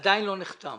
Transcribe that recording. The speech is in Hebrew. עדיין לא נחתם.